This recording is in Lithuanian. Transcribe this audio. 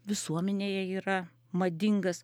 visuomenėje yra madingas